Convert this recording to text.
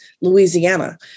Louisiana